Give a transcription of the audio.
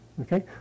Okay